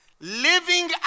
living